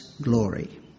glory